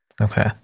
Okay